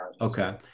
Okay